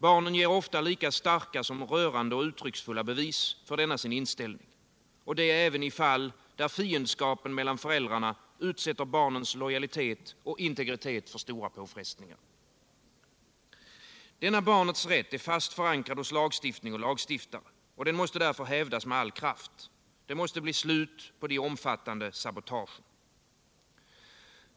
Barnen ger ofta lika starka som rörande och uttrycksfulla bevis för denna sin inställning — och det även i fall där fiendskapen mellan föräldrarna utsätter barnens lojalitet och integritet för stora påfrestningar. Denna barnets rätt är fast förankrad i lagstiftningen och hos lagstiftarna. Den måste därför hävdas med all kraft. Det måste bli slut på de omfattande sabotagen.